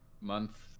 month